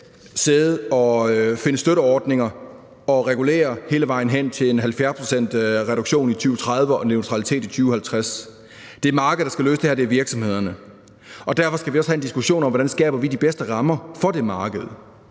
sidde og finde støtteordninger og regulere hele vejen hen til en 70-procentsreduktion i 2030 og neutralitet i 2050. Det er markedet, der skal løse det her, og det er virksomhederne. Derfor skal vi også have en diskussion om, hvordan vi skaber de bedste rammer for det marked.